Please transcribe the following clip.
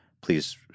please